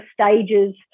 stages